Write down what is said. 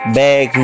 back